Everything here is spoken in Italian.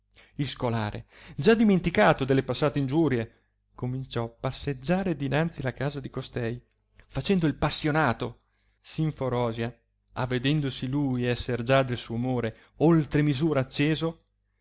il scolare già domenticato delle passate ingiurie cominciò passeggiare dinanzi la casa di costei facendo il passionato simforosia avedendosi lui esser già del suo amore oltre misura acceso